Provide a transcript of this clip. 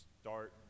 start